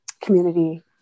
community